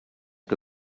que